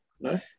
No